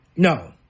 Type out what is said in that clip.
No